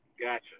Gotcha